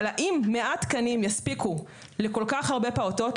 אבל האם 100 תקנים יספיקו לכל כך הרבה פעוטות?